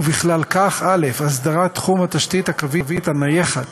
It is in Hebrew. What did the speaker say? ובכלל כך: (א) אסדרת תחום התשתית הקווית הנייחת